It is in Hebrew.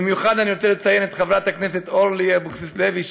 במיוחד אני רוצה לציין את חברת הכנסת אורלי אבקסיס לוי,